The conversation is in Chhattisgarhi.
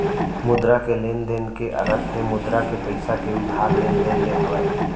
मुद्रा के लेन देन के अरथ हे मुद्रा के पइसा के उधार लेन देन ले हावय